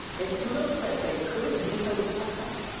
and trudeau said they couldn't veto the pipeline,